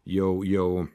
jau jau